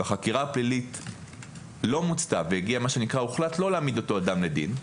והחקירה הפלילית לא מוצתה והוחלט לא להעמיד את אותו אדם לדין,